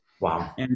Wow